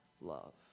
love